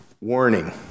Warning